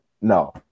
no